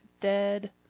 dead